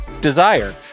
Desire